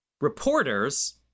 reporters